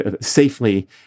safely